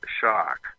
shock